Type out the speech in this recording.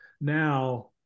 now